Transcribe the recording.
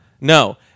No